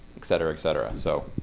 et cetera, et cetera? so